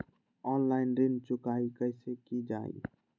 Online ऋण चुकाई कईसे की ञाई?